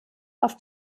auf